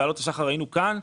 ב"עלות השחר" היינו כאן.